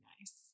nice